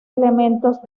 elementos